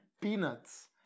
peanuts